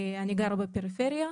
אני גרה בפריפריה,